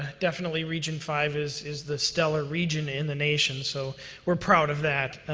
ah definitely region five is is the stellar region in the nation, so we're proud of that,